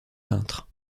peintre